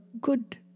good